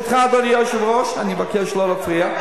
אני מבקש לא להפריע,